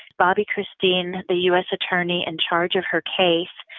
bobby christine, the u. s. attorney in charge of her case,